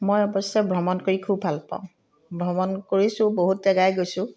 মই অৱশ্যে ভ্ৰমণ কৰি খুব ভাল পাওঁ ভ্ৰমণ কৰিছোঁ বহুত জেগাই গৈছোঁ